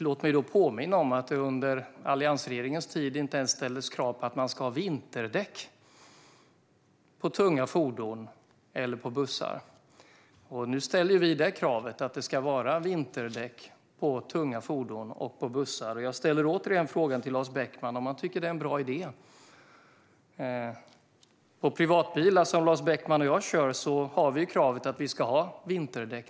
Låt mig då påminna om att det under alliansregeringens tid inte ens ställdes krav på vinterdäck på tunga fordon eller på bussar. Nu ställer vi kravet att det ska vara vinterdäck på tunga fordon och på bussar. Jag ställer återigen frågan till Lars Beckman om han tycker att det är en bra idé. På privatbilar, som Lars Beckman och jag kör, finns kravet att ha vinterdäck.